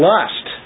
Lust